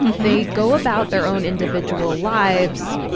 they go about their own individual lives.